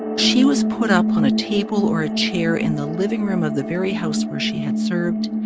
she was put up on a table or a chair in the living room of the very house where she had served,